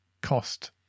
cost